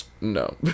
No